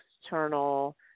external